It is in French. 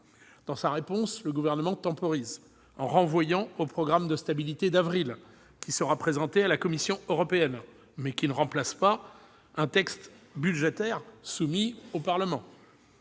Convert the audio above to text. Dans sa réponse, le Gouvernement temporise en renvoyant au programme de stabilité d'avril, qui sera présenté à la Commission européenne mais qui ne remplace pas un texte budgétaire soumis au Parlement